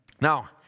Now